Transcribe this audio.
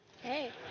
Hey